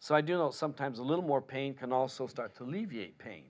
so i do sometimes a little more pain can also starts alleviate pain